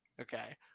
okay